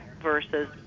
versus